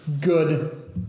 good